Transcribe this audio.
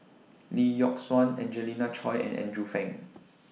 Lee Yock Suan Angelina Choy and Andrew Phang